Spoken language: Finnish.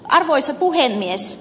arvoisa puhemies